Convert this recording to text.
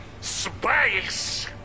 Space